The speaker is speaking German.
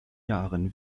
jahren